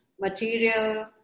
material